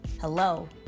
hello